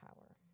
power